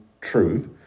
truth